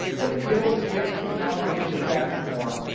but until we get to comprehensive tax reform,